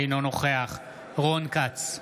אינו נוכח רון כץ,